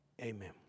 amen